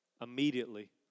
Immediately